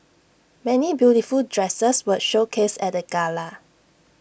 many beautiful dresses were showcased at the gala